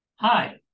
Hi